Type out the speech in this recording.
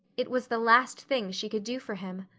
it was the last thing she could do for him.